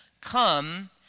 come